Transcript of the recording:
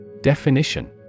Definition